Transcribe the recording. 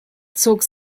zog